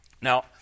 Now